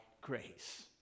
grace